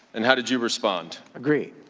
and how did you respond? agree.